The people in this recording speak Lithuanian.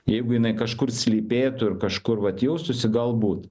jeigu jinai kažkur slypėtų ir kažkur vat jaustųsi galbūt